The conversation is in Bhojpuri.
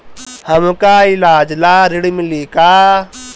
हमका ईलाज ला ऋण मिली का?